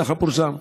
כך פורסם.